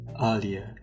earlier